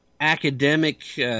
academic –